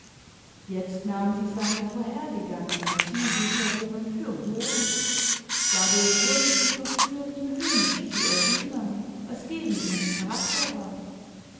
jetzt nahm sie seine vorhergegangenen zusicherungen für hohn dadurch wurde sie verführt ihm höhnisch zu erwidern was gegen ihren character war